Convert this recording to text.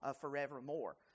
forevermore